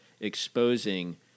exposing